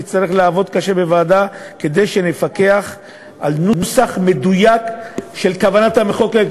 נצטרך לעבוד קשה בוועדה כדי לפקח על נוסח מדויק לפי כוונת המחוקק.